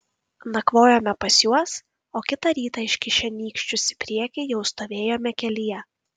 nakvojome pas juos o kitą rytą iškišę nykščius į priekį jau stovėjome kelyje